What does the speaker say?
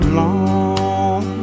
long